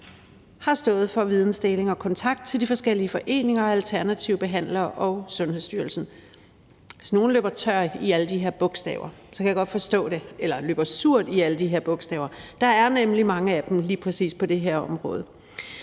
har stået for vidensdeling og kontakt til de forskellige foreninger og alternative behandlere og Sundhedsstyrelsen. Hvis nogen løber sur i alle de her bogstaver, kan jeg godt forstå det. Der er nemlig mange af dem på lige præcis det her område.